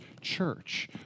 church